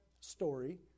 story